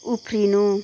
उफ्रिनु